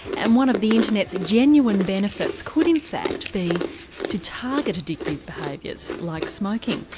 and one of the internet's genuine benefits could in fact be to target addictive behaviours like smoking.